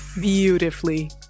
beautifully